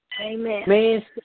Amen